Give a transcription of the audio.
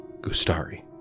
Gustari